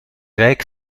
rijk